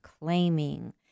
claiming